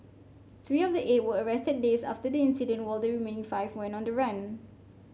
three of the eight were arrested days after the incident while the remaining five went on the run